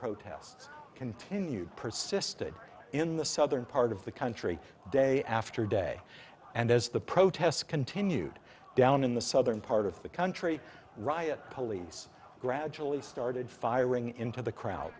protests continued persisted in the southern part of the country day after day and as the protests continued down in the southern part of the country riot police gradually started firing into the crowd